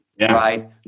Right